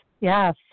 yes